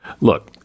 Look